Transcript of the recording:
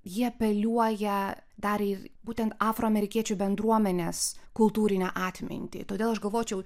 ji apeliuoja dar ir būtent afroamerikiečių bendruomenės kultūrinę atmintį todėl aš galvočiau